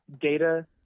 Data